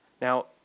Now